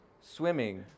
swimming